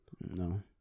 No